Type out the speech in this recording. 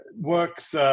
works